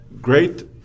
great –